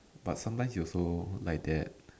but sometimes you also like that